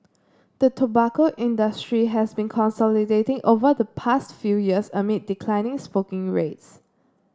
the tobacco industry has been consolidating over the past few years amid declining smoking rates